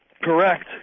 Correct